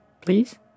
please